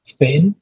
Spain